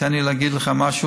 תן לי להגיד לך משהו,